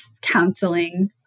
counseling